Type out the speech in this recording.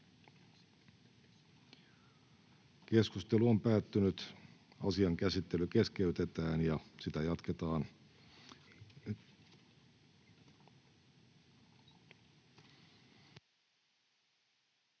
loppuun asti, asian käsittely keskeytetään ja sitä jatketaan